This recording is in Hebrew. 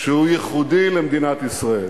שהוא ייחודי למדינת ישראל.